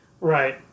Right